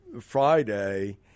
Friday